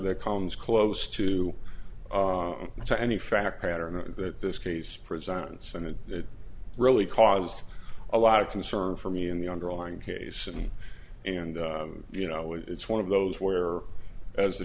that comes close to to any fact pattern that this case presents and it really caused a lot of concern for me in the underlying case and and you know it's one of those where as